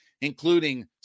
including